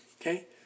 Okay